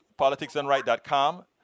politicsandright.com